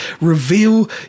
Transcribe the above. reveal